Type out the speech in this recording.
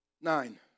Nine